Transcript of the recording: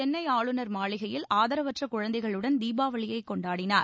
சென்னை ஆளுநர் மாளிகையில் ஆதரவற்ற குழந்தைகளுடன் தீபாவளியைக் கொண்டாடினார்